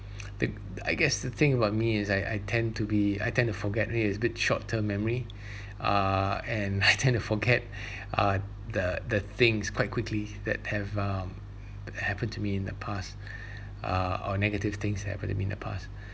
the I guess the thing about me is I I tend to be I tend to forget it is a bit short term memory uh and I tend to forget uh the the things quite quickly that have um happen to me in the past uh or negative things happen to me in the past